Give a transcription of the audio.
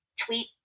tweet